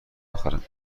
بخرم